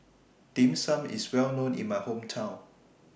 Dim Sum IS Well known in My Hometown